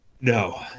no